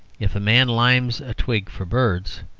if a man limes a twig for birds,